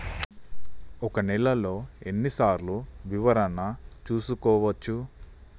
ఒక నెలలో ఎన్ని సార్లు వివరణ చూసుకోవచ్చు?